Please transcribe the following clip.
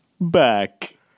back